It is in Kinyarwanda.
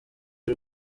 y’u